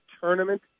tournament